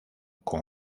con